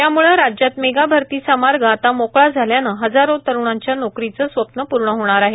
त्याम्ळे राज्यात मेगा भरतीचा मार्ग आता मोकळा झाल्याने हजारों तरुणांच्या नोकरीचे स्वप्न पूर्ण होणार आहे